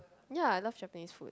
ya I love Japanese food